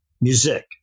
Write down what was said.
music